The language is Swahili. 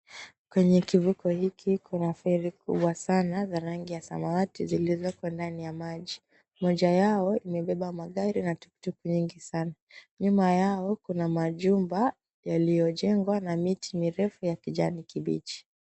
Kwenye kivuko hiki, kuna feri kubwa sana za rangi ya samawati zilizoko ndani ya maji. Moja yao imebeba magari na tuktuk nyingi sana. Nyuma yao, kuna majumba yaliyojengwa, na miti mirefu ya kijani kibichi.